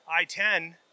I-10